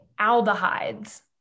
aldehydes